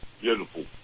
beautiful